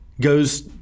goes –